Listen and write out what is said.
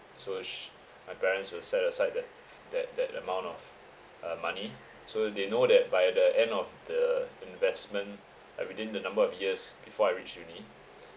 so sh~ my parents will set aside that that that amount of uh money so they know that by the end of the investment and within the number of years before I reach uni